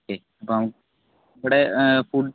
okay അപ്പോൾ നമുക്ക് ഇവിടെ ഫുഡ്